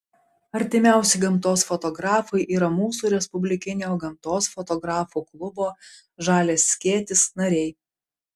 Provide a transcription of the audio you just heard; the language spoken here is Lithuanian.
artimiausi gamtos fotografai yra mūsų respublikinio gamtos fotografų klubo žalias skėtis nariai